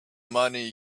money